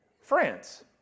France